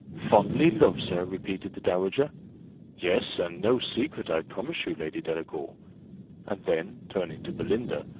fondly loves her! repeated the dowager yes and no secret, i promise you, lady delacour and then, turning to belinda,